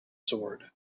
sword